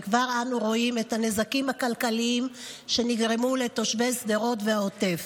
וכבר אנו רואים את הנזקים הכלכליים שנגרמו לתושבי שדרות והעוטף,